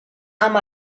amb